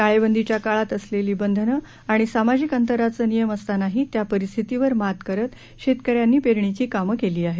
टाळे बंदीच्या काळात असलेली बंधनं आणि सामाजिक अंतराचे नियम असतानाही त्या परिस्थितीवर मात करीत शेतकऱ्यांनी पेरणीची काम केली आहेत